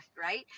Right